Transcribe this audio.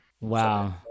Wow